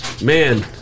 man